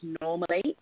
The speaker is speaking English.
normally